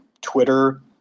Twitter